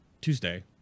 Tuesday